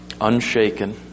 unshaken